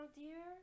dear